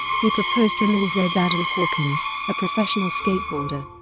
he proposed to lyn-z adams hawkins, a professional skateboarder.